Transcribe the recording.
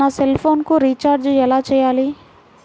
నా సెల్ఫోన్కు రీచార్జ్ ఎలా చేయాలి?